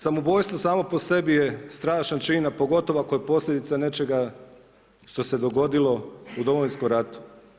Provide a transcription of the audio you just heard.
Samoubojstvo samo po sebi je strašan čin a pogotovo ako je posljedica nečega što se dogodilo u domovinskom ratu.